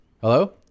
Hello